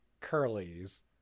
Curly's